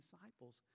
disciples